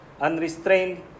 unrestrained